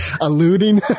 Alluding